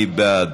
מי בעד?